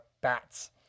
bats